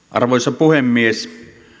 arvoisa puhemies